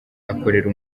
akorera